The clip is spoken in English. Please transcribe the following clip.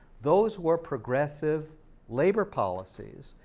those were progressive labor policies.